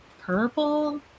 purple